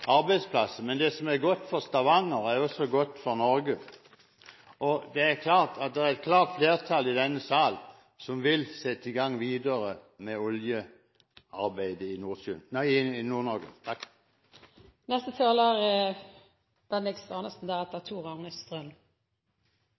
arbeidsplasser, men det som er godt for Stavanger, er også godt for Norge. Det er et klart flertall i denne sal som vil gå videre med oljearbeidet i Nord-Norge. Det er